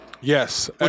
Yes